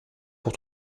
pour